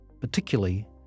particularly